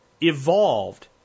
evolved